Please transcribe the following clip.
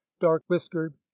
dark-whiskered